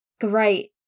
great